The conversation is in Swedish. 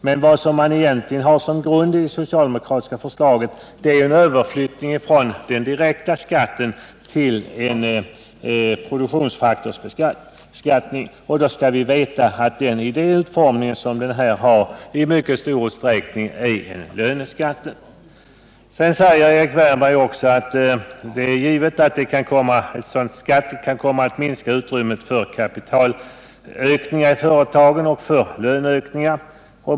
Men vad man egentligen har som grund i det socialdemokratiska förslaget är en överflyttning från den direkta skatten till en produktionsfaktorsbeskattning. Då skall vi veta att denna —-i den utformning som den här har —- i mycket stor utsträckning är en löneskatt. Sedan säger Erik Wärnberg att det är givet att en sådan skatt kan komma att minska utrymmet för kapitalökningar i företagen och för löneökningar.